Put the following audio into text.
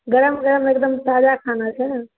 गरम गरम एकदम ताजा खाना छौ